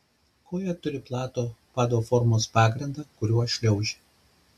koja turi platų pado formos pagrindą kuriuo šliaužia